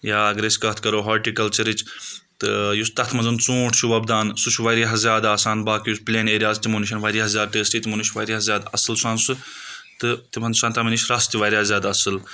یا یا اگر أسۍ کتھ کرو ہاٹِکَلچرٕچ تہٕ یُس تَتھ منٛز ژوٗنٛٹھ چھُ وۄپدان سُہ چھُ واریاہ زیادٕ آسان باقٕے یُس پٕلین ایریاز تِمو نِشَن واریاہ زیادٕ ٹیسٹی تِمو نِش واریاہ زیادٕ اَصٕل سان سُہ تہٕ تِمَن چھُ آسان تَمن نِش رَس تہِ واریاہ زیادٕ اَصٕل